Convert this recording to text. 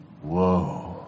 Whoa